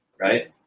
right